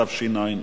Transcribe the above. התשע"א